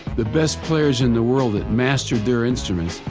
the best players in the world that mastered their instruments,